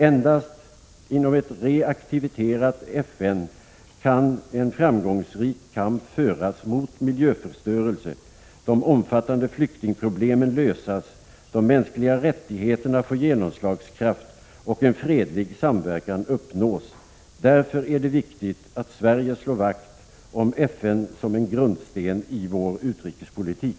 Endast inom ett reaktiverat FN kan en framgångsrik kamp föras mot miljöförstörelse, de omfattande flyktingproblemen lösas, de mänskliga rättigheterna få genomslagskraft och en fredlig samverkan uppnås. Därför är det viktigt att Sverige slår vakt om FN som en grundsten i sin utrikespolitik.